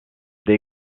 des